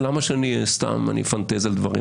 למה שאני סתם אפנטז על דברים,